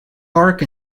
bark